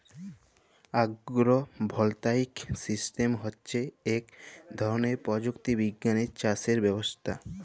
আগ্র voltaic system হচ্যে ইক ধরলের প্রযুক্তি বিজ্ঞালের চাসের ব্যবস্থা